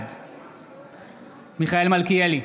בעד מיכאל מלכיאלי,